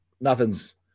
nothing's